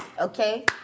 okay